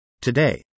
Today